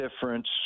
difference